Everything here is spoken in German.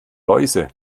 läuse